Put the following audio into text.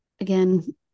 again